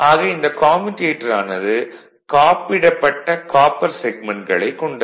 ஆக இந்த கம்யூடேட்டர் ஆனது காப்பிடப்பட்ட காப்பர் செக்மென்ட்களைக் கொண்டது